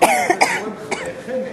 לציבור זה גורם חנק.